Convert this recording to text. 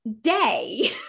Day